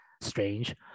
strange